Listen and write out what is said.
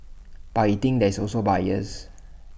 but he thinks there is also bias